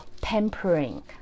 pampering